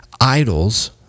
idols